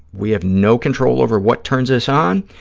we have no control over what turns us on,